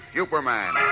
Superman